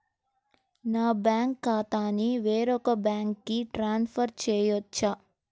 నా బ్యాంక్ ఖాతాని వేరొక బ్యాంక్కి ట్రాన్స్ఫర్ చేయొచ్చా?